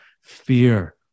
fear